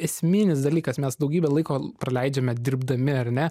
esminis dalykas mes daugybę laiko praleidžiame dirbdami ar ne